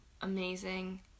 amazing